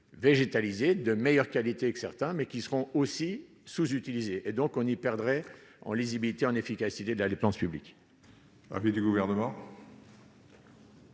végétalisés de meilleure qualité que certains mais qui seront aussi sous-utilisé et donc on y perdrait en lisibilité en efficacité de la dépense publique.